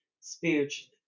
spiritually